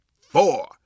four